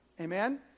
Amen